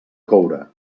coure